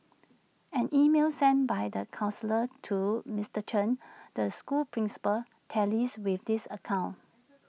an email sent by the counsellor to Mister Chen the school's principal tallies with this account